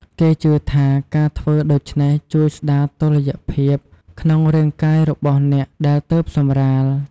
គេជឿថា ការធ្វើដូច្នេះជួយស្ដារតុល្យភាពក្នុងរាងកាយរបស់អ្នកដែលទើបសម្រាល។